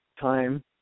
Time